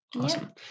Awesome